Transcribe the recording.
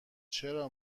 چرا